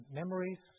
memories